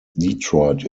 detroit